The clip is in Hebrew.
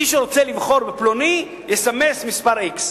מי שרוצה לבחור בפלוני יסמס מספר x.